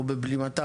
או בבלימתם?